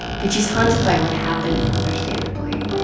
but she's haunted by what happened, understandably.